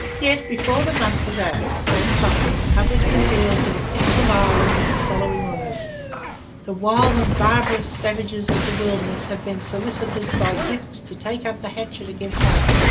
yet, before the month was out, the same congress publicly appealed to the people of ireland in the following words the wild and barbarous savages of the wilderness have been solicited by gifts to take up the hatchet against us,